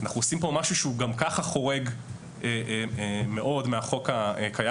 אנחנו עושים פה משהו שהוא גם ככה חורג מאוד מהחוק הקיים,